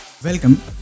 Welcome